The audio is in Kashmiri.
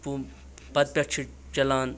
پَتہٕ پٮ۪ٹھ چھُ چَلان